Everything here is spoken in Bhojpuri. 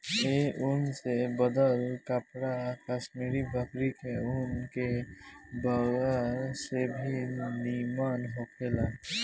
ए ऊन से बनल कपड़ा कश्मीरी बकरी के ऊन के बनल से भी निमन होखेला